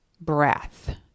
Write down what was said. breath